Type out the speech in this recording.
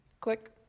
Click